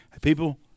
People